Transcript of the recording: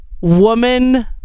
Woman